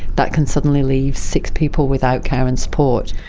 that can suddenly leave six people without care and support.